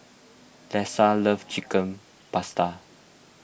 Lesa loves Chicken Pasta